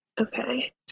Okay